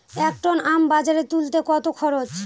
এক টন আম বাজারে তুলতে কত খরচ?